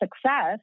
success